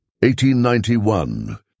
1891